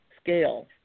scale